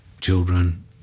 children